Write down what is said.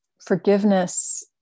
forgiveness